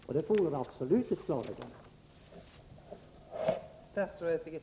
Det är absolut nödvändigt med ett klarläggande på den punkten.